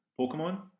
Pokemon